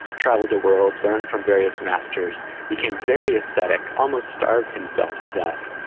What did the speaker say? traveled the world, learned from various masters, became very ascetic, almost starved himself to death,